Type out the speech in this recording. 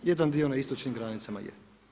Jedan dio na istočnim granicama je.